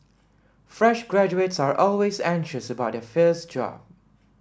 fresh graduates are always anxious about their first job